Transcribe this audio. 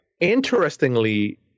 Interestingly